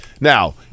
Now